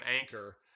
Anchor